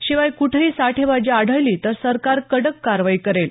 शिवाय कुठंही साठेबाजी आढळली तर सरकार कडक कारवाई करेल